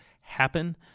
happen